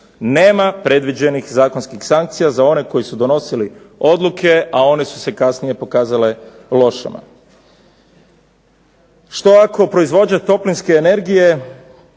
Nema predviđenih zakonskih sankcija za one koji su donosili odluke, a one su se kasnije pokazale lošima. Što ako proizvođač toplinske energije